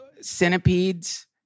centipedes